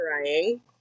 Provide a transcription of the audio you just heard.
crying